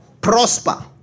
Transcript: prosper